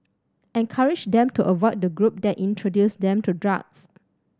encourage them to avoid the group that introduced them to drugs